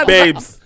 Babes